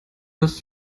dass